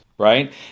Right